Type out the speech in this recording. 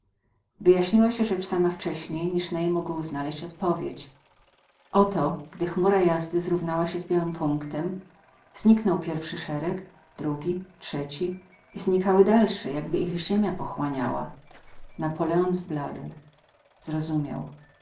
wyjaśniła się rzecz sama wcześniej niż ney mógł znaleźć odpowiedź oto gdy chmura jazdy zrównała się z białym punktem zniknął pierwszy szereg drugi trzeci i znikały dalsze jakby ich ziemia pochłaniała napoleon zbladł zrozumiał